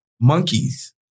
Monkeys